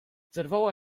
zerwała